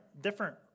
different